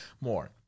more